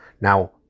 Now